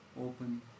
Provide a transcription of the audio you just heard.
open